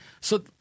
So-